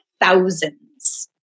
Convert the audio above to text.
thousands